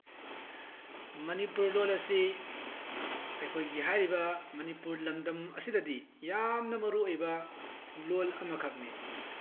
ꯃꯅꯤꯄꯨꯔ ꯂꯣꯜ ꯑꯁꯤ ꯑꯩꯈꯣꯏꯒꯤ ꯍꯥꯏꯔꯤꯕ ꯃꯅꯤꯄꯨꯔ ꯂꯝꯗꯝ ꯑꯁꯤꯗꯗꯤ ꯌꯥꯝꯅ ꯃꯔꯨꯑꯣꯏꯕ ꯂꯣꯜ ꯑꯃ ꯈꯛꯅꯤ